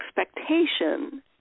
expectation